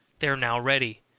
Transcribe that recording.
they are now ready,